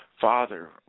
Father